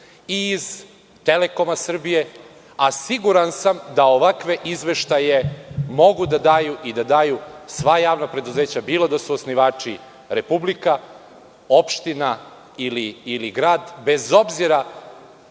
i iz „Telekoma“ Srbije, a siguran sam da ovakve izveštaje mogu da daju sva javna preduzeća, bilo da su osnivači republika, opština ili grad, bez obzira